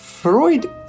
Freud